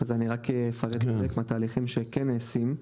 אז אני רק אפרט חלק מהתהליכים שכן נעשים,